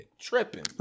tripping